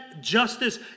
justice